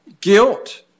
guilt